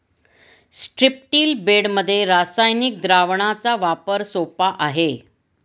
स्ट्रिप्टील बेडमध्ये रासायनिक द्रावणाचा वापर सोपा आहे